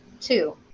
Two